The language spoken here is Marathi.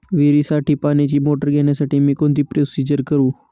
विहिरीसाठी पाण्याची मोटर घेण्यासाठी मी कोणती प्रोसिजर करु?